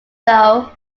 though